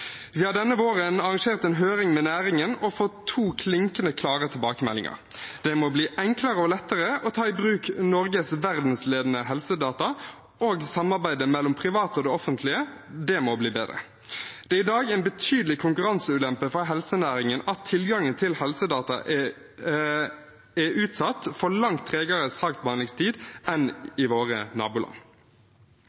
Vi har denne våren arrangert en høring med næringen og fått to klinkende klare tilbakemeldinger: Det må bli enklere og lettere å ta i bruk Norges verdensledende helsedata, og samarbeidet mellom private og det offentlige må bli bedre. Det er i dag en betydelig konkurranseulempe for helsenæringen at tilgangen til helsedata er utsatt for langt tregere saksbehandlingstid enn